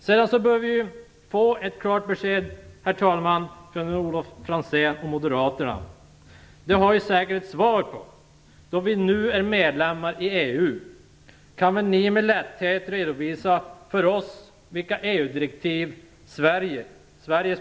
Sedan bör vi, herr talman, få ett klart besked från Sveriges parlament bör följa och även vilka vi inte bör följa. Då vi nu är medlemmar i EU kan de väl med lätthet redovisa detta?